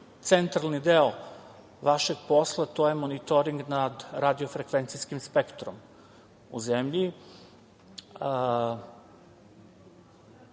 centralni deo vašeg posla, to je monitoring nad radiofrekvencijskim spektrom u zemlji.